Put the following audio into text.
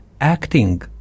acting